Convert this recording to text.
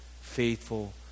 faithful